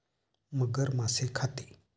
मगर मासे खाते